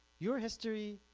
your history,